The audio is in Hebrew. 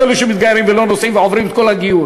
יש כאלה שמתגיירים ולא נוסעים ועוברים את כל הגיור,